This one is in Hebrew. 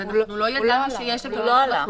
אז אנחנו לא ידענו שיש --- הוא לא עלה.